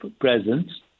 presence